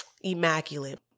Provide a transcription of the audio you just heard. immaculate